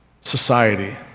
society